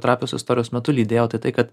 trapios istorijos metu lydėjo tai tai kad